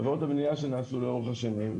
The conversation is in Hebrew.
עבירות הבנייה שנעשו לאורך השנים,